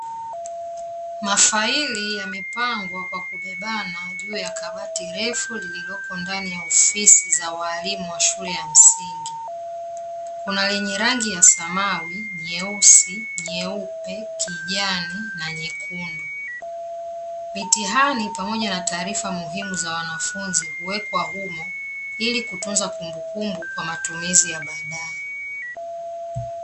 Mafaili yamepangwa kwa kubebana juu ya kabati refu lililoko ndani ya ofisi za walimu wa shule ya msingi. Kuna lenye rangi ya samawi, nyeusi, nyeupe, kijani na nyekundu. Mitihani pamoja na taarifa muhimu za wanafunzi huwekwa humo, ili kutunza kumbukumbu kwa matumizi ya baadaye.